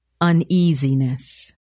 Uneasiness